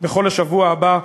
בכל השבוע הבא.